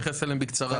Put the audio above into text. אני אתייחס אליהם בקצרה.